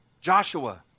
joshua